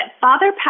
Father